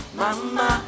mama